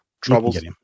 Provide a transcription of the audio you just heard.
Troubles